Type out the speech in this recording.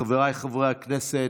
חבריי חברי הכנסת,